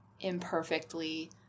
imperfectly